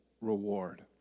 reward